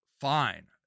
fine